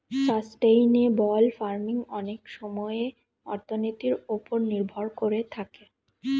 sustainable farming অনেক সময়ে অর্থনীতির ওপর নির্ভর করে থাকে